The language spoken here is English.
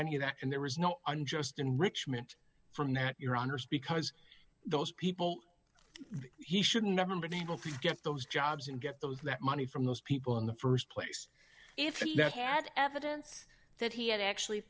any of that and there was no unjust enrichment from that your honor speak us those people he should never been able to get those jobs and get those that money from those people in the st place if that had evidence that he had actually